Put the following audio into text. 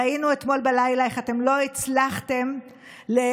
ראינו אתמול בלילה איך אתם לא הצלחתם לעשות